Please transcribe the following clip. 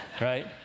right